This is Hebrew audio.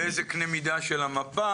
באיזה קנה מידה של המפה?